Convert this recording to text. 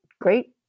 great